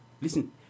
Listen